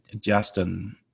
Justin